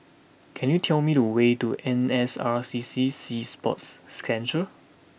can you tell me the way to N S R C C Sea Sports Centre